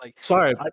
Sorry